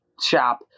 shop